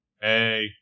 hey